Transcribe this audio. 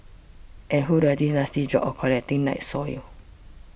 and who does this nasty job of collecting night soil